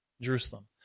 Jerusalem